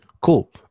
Cool